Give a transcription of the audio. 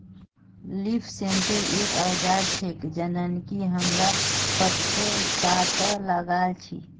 leaf sensor एक औजार छेक जननकी हमरा पत्ततात लगा छी